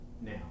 now